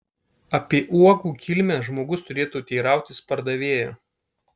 apie uogų kilmę žmogus turėtų teirautis pardavėjo